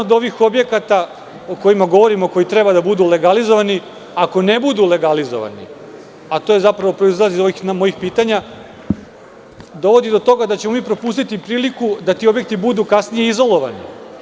Ovi objekti o kojima govorimo, koji treba da budu legalizovani, ako ne budu legalizovani, a to zapravo proizilazi iz ovih mojih pitanja, to dovodi do toga da ćemo propustiti priliku da ti objekti budu kasnije izolovani.